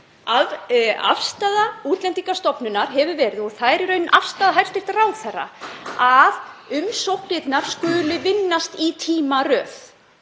Afstaða Útlendingastofnunar hefur verið, og það er í raun afstaða hæstv. ráðherra, að umsóknirnar skuli vinnast í tímaröð.